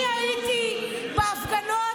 אני הייתי בהפגנות,